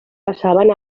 passaven